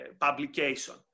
publication